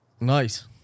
Nice